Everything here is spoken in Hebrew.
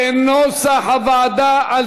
כנוסח הוועדה,